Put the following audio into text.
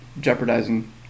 jeopardizing